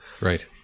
Right